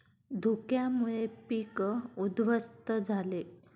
धुक्यामुळे पीक उध्वस्त झाले